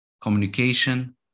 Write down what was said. communication